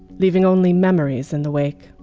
leaving only memories in the wake